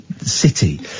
city